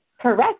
Correct